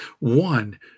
One